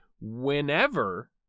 whenever